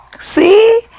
see